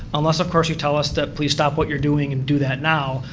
unless of course you tell us that, please stop what you're doing and do that now,